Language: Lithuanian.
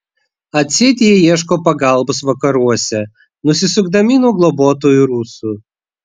atseit jie ieško pagalbos vakaruose nusisukdami nuo globotojų rusų